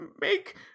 make